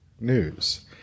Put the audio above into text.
news